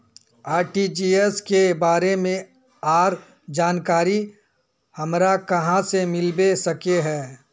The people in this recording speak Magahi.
आर.टी.जी.एस के बारे में आर जानकारी हमरा कहाँ से मिलबे सके है?